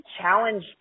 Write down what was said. challenge